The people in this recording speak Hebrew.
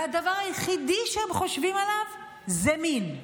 והדבר היחיד שהם חושבים עליו זה מין,